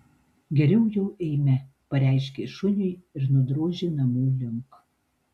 geriau jau eime pareiškė šuniui ir nudrožė namų link